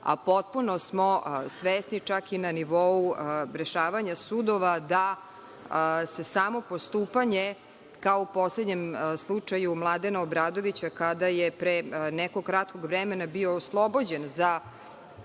smo svesni, čak i na nivou rešavanja sudova, da se samo postupanje kao u poslednjem slučaju Mladena Obradovića, kada je pre nekog kratkog vremena bio oslobođen za ovakve